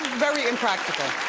very impractical.